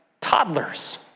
toddlers